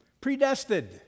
Predestined